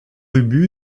ubu